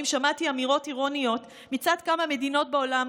שמעתי אמירות אירוניות מצד כמה מדינות בעולם,